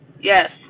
Yes